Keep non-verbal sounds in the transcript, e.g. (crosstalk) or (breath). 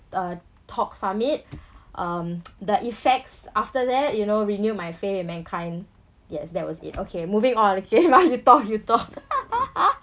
uh talk summit (breath) um (noise) the effects after that you know renewed my faith in mankind yes that was it okay moving okay ma you talk (laughs) you talk (laughs)